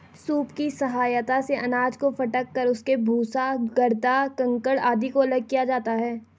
soup की सहायता से अनाज को फटक कर उसके भूसा, गर्दा, कंकड़ आदि को अलग किया जाता है